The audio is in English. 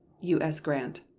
u s. grant.